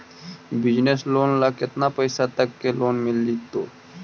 Business loan ल केतना पैसा तक के लोन मिल जितै?